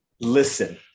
Listen